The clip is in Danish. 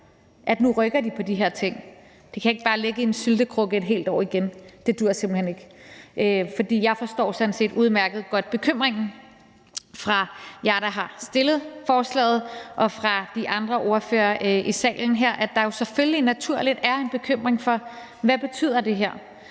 de nu rykker på de her ting. Det kan ikke bare ligge i en syltekrukke et helt år igen – det duer simpelt hen ikke. For jeg forstår sådan set udmærket godt bekymringen fra jer, der har fremsat forslaget, og fra de andre ordførere i salen her, for, hvad det her betyder, for vi har jo, som